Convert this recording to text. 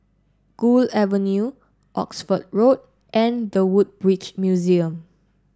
Gul Avenue Oxford Road and The Woodbridge Museum